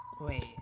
Wait